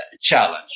challenge